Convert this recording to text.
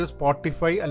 Spotify